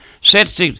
sets